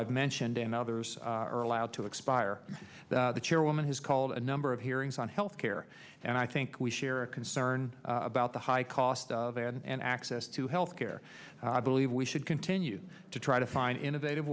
i've mentioned and others are allowed to expire the chairwoman has called a number of hearings on health care and i think we share a concern about the high cost of and access to health care believe we should continue to try to find innovative